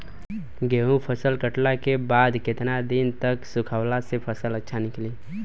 गेंहू फसल कटला के बाद केतना दिन तक सुखावला से फसल अच्छा निकली?